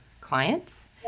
clients